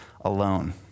alone